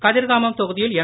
கதிர்காமம் தொகுதியில் என்